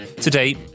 Today